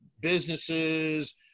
businesses